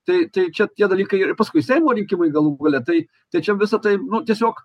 tai tai čia tie dalykai ir paskui seimo rinkimai galų gale tai tai čia visa tai tiesiog